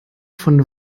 von